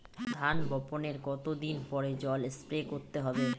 ধান বপনের কতদিন পরে জল স্প্রে করতে হবে?